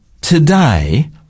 today